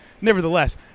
nevertheless